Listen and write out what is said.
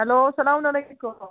hello اسلام علیکُم